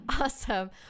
Awesome